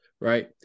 right